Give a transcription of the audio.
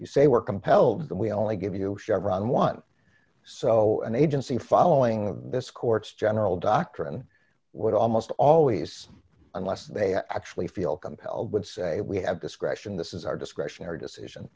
you say we're compelled that we only give you chevron one so an agency following the this court's general doctrine would almost always unless they actually feel compelled would say we have discretion this is our discretionary decision